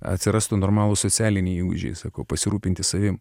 atsirastų normalūs socialiniai įgūdžiai sako pasirūpinti savimi